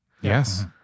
Yes